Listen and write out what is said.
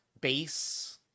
base